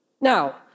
Now